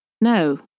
No